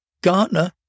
Gartner